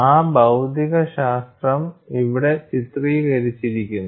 ആ ഭൌതികശാസ്ത്രം ഇവിടെ ചിത്രീകരിച്ചിരിക്കുന്നു